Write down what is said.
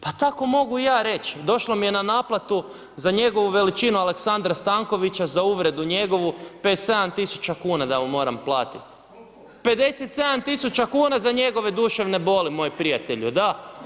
Pa tako mogu i ja reći, došlo mi je na naplatu za njegovu veličinu Aleksandra Stankovića za uvredu njegovi 57.000 kuna da mu moram platiti, 57.000 kuna za njegove duševne boli moj prijatelju, da.